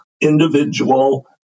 individual